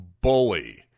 bully